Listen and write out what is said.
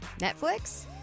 Netflix